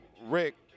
Rick